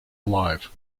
alive